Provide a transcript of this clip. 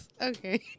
okay